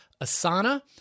Asana